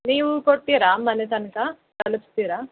ನೀವು ಕೊಡ್ತೀರ ಮನೆ ತನಕ ತಲುಪಿಸ್ತೀರ